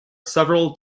several